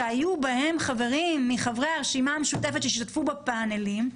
שהיו בהם חברים חברי הרשימה המשותפת שהשתתפו בפאנלים,